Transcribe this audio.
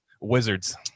Wizards